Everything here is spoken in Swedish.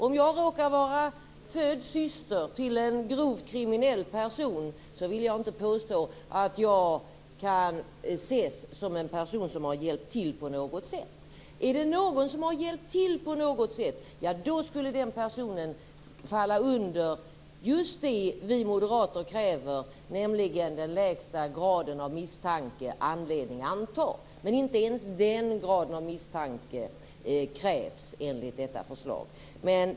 Om jag råkar vara född syster till en grovt kriminell person vill jag inte påstå att jag kan ses som en person som har hjälpt till på något sätt. Om någon har hjälpt till på något sätt skulle den personen falla under just det som vi moderater kräver, nämligen den lägsta graden av misstanke: anledning anta. Men inte ens den graden av misstanke krävs enligt detta förslag.